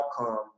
outcome